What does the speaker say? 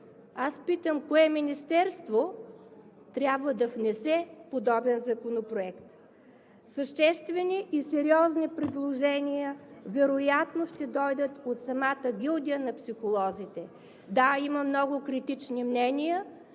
аз питам кое министерство трябва да внесе подобен законопроект? Съществени и сериозни предложения вероятно ще дойдат от самата гилдия на психолозите. Да, има много критични мнения,